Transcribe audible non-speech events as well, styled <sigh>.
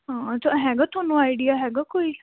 <unintelligible> ਹੈਗਾ ਤੁਹਾਨੂੰ ਆਈਡੀਆ ਹੈਗਾ ਕੋਈ